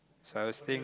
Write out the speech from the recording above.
so I was still